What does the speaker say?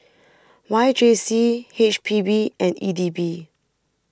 Y J C H P B and E D B